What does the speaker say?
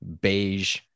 beige